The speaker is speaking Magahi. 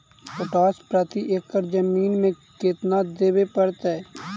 पोटास प्रति एकड़ जमीन में केतना देबे पड़तै?